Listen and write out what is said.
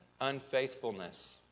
unfaithfulness